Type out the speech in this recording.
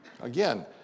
Again